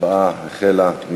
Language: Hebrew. ההצבעה החלה.